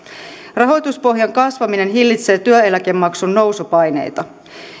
rahoituspohjan kasvaminen hillitsee työeläkemaksun nousupaineita